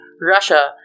Russia